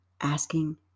asking